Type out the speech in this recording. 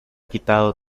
quitado